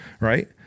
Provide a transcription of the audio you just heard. right